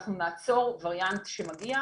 שאנחנו נעצור וריאנט שמגיע,